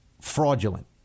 fraudulent